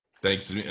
Thanks